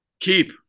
Keep